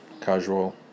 casual